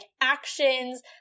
actions